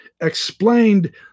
explained